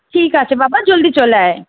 ঠিক আছে বাবা জলদি চলে আয়